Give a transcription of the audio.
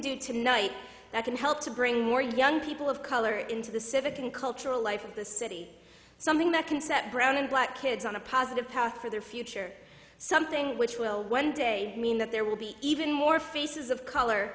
do tonight that can help to bring more young people of color into the civic and cultural life of the city something that can set brown and black kids on a positive path for their future something which will one day mean that there will be even more faces of color